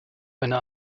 eine